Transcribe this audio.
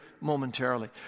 momentarily